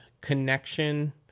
connection